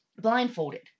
blindfolded